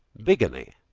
bigamy,